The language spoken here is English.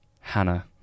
Hannah